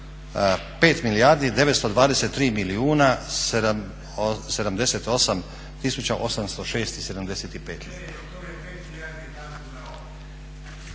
5 milijardi 923 milijuna 78 tisuća 806 i 75